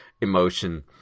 emotion